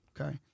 Okay